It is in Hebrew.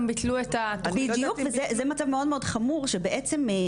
גם ביטלו את התוכנית --- בדיוק וזה מצב מאד מאוד חמור שבעצם,